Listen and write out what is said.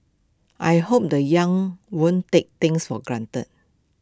I hope the young won't take things for granted